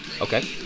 Okay